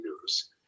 News